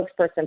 spokesperson